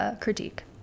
critique